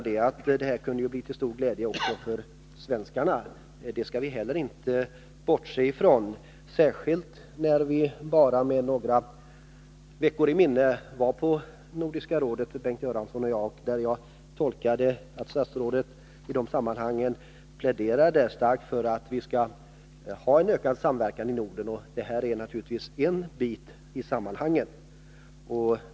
Det är att en sådan här textning kunde bli till stor glädje också för svenskarna. Det skall vi inte heller bortse från. Det är bara några veckor sedan som Bengt Göransson och jag var på Nordiska rådets möte. Jag tolkade statsrådets uttalanden i de sammanhangen som att han starkt pläderade för att vi skall ha en ökad samverkan i Norden. Detta är naturligtvis en bit i en sådan samverkan.